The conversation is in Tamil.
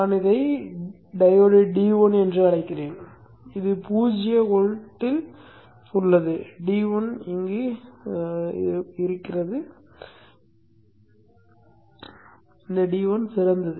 நான் இதை டையோடு D1 என்று அழைக்கிறேன் இது பூஜ்ஜிய வோல்ட்டில் உள்ளது D1 சிறந்தது